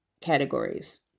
categories